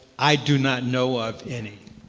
i do not know of any.